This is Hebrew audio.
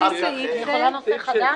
אני יכולה נושא חדש?